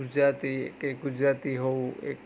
ગુજરાતી કે ગુજરાતી હોવું એક